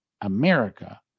America